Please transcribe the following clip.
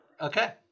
Okay